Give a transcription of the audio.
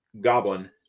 Goblin